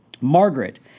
Margaret